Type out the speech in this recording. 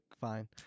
fine